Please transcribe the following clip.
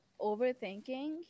overthinking